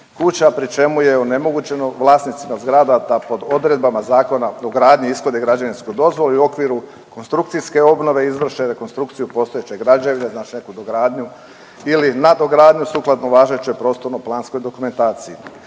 kuća, pri čemu je onemogućeno vlasnicima zgrada da pod odredbama Zakona o gradnji ishode građevinsku dozvolu i u okviru konstrukcijske obnove izvrše rekonstrukciju postojeće građevine, znači neku dogradnju ili nadogradnju sukladno važećoj prostorno-planskoj dokumentaciji